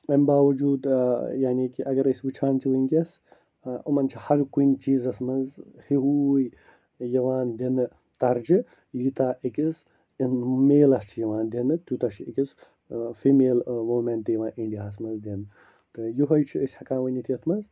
اَمہِ باوجوٗد یعنی کہِ اگر أسۍ وِچھان چھِ وُنکٮ۪س یِمن چھِ ہر کُنہِ چیٖزس منٛز ہوُے یِوان دِنہٕ ترجہِ یوٗتاہ أکِس میلس چھُ یِوان دِنہٕ تیوٗتاہ چھُ أکِس فِمیل وومین تہِ یِوان اِنڈیا ہس منٛز دِنہٕ تہٕ یُہے چھِ أسۍ ہٮ۪کان ؤنِتھ یَتھ منٛز